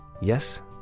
yes